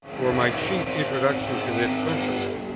were my chief introduction to this principle.